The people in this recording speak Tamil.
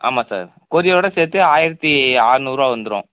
ஆமாம் சார் கொரியோடு சேர்த்து ஆயிரத்து அறநூறுவா வந்துடும்